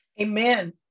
Amen